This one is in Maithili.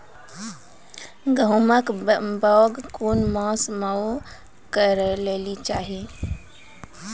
गेहूँमक बौग कून मांस मअ करै लेली चाही?